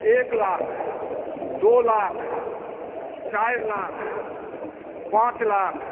एक लाख दो लाख चारि लाख पाँच लाख